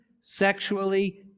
sexually